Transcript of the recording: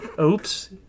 oops